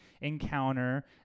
encounter